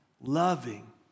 loving